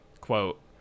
Quote